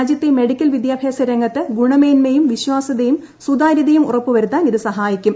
രാജ്യത്തെ medical medical വിദ്യാഭ്യാസ രംഗത്ത് ഗുണമേന്മയും വിശ്വാസ്യതയും സുതാര്യതയും ഉറപ്പുവരുത്താൻ ഇത് സഹായിക്കും